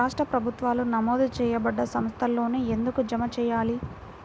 రాష్ట్ర ప్రభుత్వాలు నమోదు చేయబడ్డ సంస్థలలోనే ఎందుకు జమ చెయ్యాలి?